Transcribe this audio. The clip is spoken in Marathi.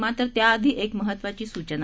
मात्र त्याआधी एक महत्त्वाची सूचना